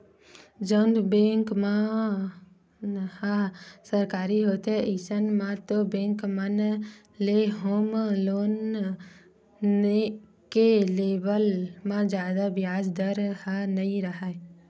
जउन बेंक मन ह सरकारी होथे अइसन म ओ बेंक मन ले होम लोन के लेवब म जादा बियाज दर ह नइ राहय